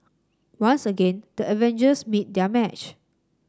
once again the Avengers meet their match